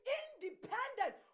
independent